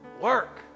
work